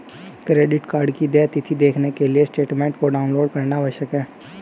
credit card की देय तिथी देखने के लिए स्टेटमेंट को डाउनलोड करना आवश्यक है